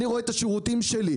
אני רואה את השירותים שלי.